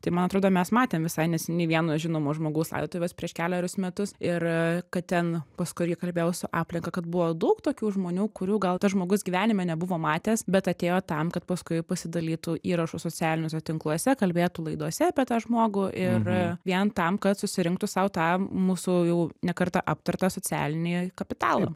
tai man atrodo mes matėm visai neseniai vieno žinomo žmogaus laidotuves prieš kelerius metus ir kad ten pas kurį kalbėjau su aplinka kad buvo daug tokių žmonių kurių gal tas žmogus gyvenime nebuvo matęs bet atėjo tam kad paskui pasidalytų įrašu socialiniuose tinkluose kalbėtų laidose apie tą žmogų ir vien tam kad susirinktų sau tą mūsų jau ne kartą aptartą socialinį kapitalą